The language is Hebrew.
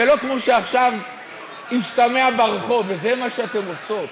זה לא כמו שעכשיו השתמע ברחוב, וזה מה שאתן עושות,